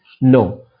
No